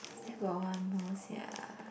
still got one more sia